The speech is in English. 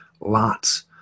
lots